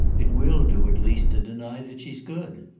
it will do at least to deny that she's good.